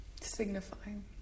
Signifying